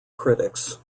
critics